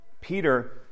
Peter